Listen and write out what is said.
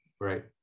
Right